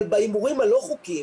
אבל בהימורים הלא חוקיים